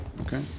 Okay